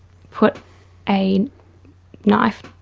put a knife,